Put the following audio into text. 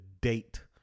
date